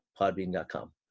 Podbean.com